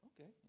Okay